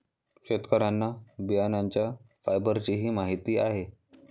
शेतकऱ्यांना बियाण्यांच्या फायबरचीही माहिती आहे